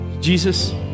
Jesus